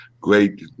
great